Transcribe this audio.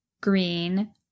green